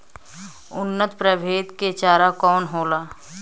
उन्नत प्रभेद के चारा कौन होला?